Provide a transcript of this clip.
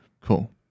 cool